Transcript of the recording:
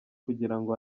kugirango